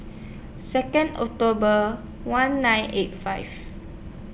Second October one nine eight five